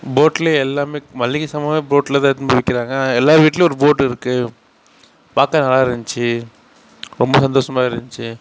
போட்டில் எல்லாமே மளிகை சாமானே போட்டில் தான் எடுத்துன்னு போயி விற்கிறாங்க எல்லார் வீட்லேயும் ஒரு போட் இருக்குது பார்க்க நல்லா இருந்துச்சி ரொம்ப சந்தோஷமாக இருந்துச்சி